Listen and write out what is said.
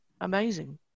amazing